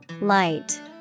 Light